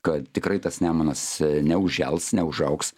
kad tikrai tas nemunas neužžels neužaugs